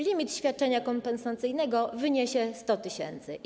Limit świadczenia kompensacyjnego wyniesie 100 tys. zł.